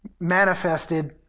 manifested